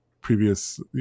previous